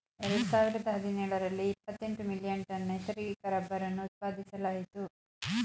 ಎರಡು ಸಾವಿರದ ಹದಿನೇಳರಲ್ಲಿ ಇಪ್ಪತೆಂಟು ಮಿಲಿಯನ್ ಟನ್ ನೈಸರ್ಗಿಕ ರಬ್ಬರನ್ನು ಉತ್ಪಾದಿಸಲಾಯಿತು